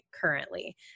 currently